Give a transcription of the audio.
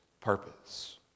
purpose